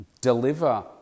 Deliver